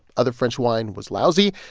other french wine was lousy.